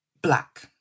black